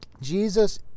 Jesus